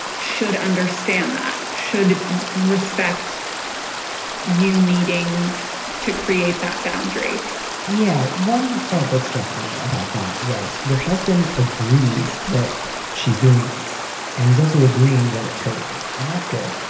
should understand that, should respect you needing to create that boundary yeah, one thought that struck me about that was your husband agrees that she's doing this and he's also agreeing that it's hurting you and that's good.